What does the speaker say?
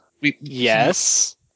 Yes